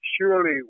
surely